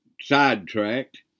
sidetracked